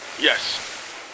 Yes